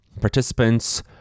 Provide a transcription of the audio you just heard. Participants